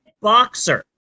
boxer